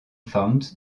fund